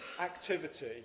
activity